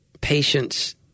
patience